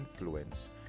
influence